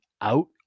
out